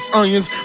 onions